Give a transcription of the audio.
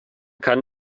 kann